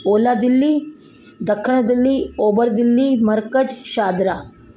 ओलह दिल्ली दखणु दिल्ली ओभर दिल्ली मर्कज शहादरा